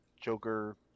joker